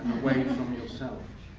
away from yourself.